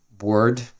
word